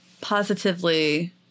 positively